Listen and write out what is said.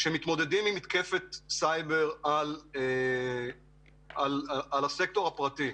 כשמתמודדים עם מתקפת סייבר על הסקטור הפרטי,